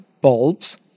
bulbs